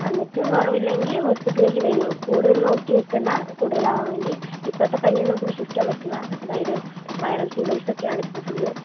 എന്നിട്ടും കുറവില്ലെങ്കിൽ ഹോസ്പിറ്റലിലേക്ക് വരൂ കൂടുതൽ നോക്കി നിൽക്കേണ്ട കൂടുതലാവാൻ വേണ്ടി ഇപ്പോഴത്തെ പനിയൊന്നും നമുക്ക് വിശ്വസിക്കാൻ പറ്റില്ല അതായത് വൈറൽ ഫീവേഴ്സൊക്കെയാണ് ഇപ്പോൾ ഫുൾ